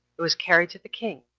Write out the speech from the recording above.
it was carried to the king